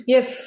Yes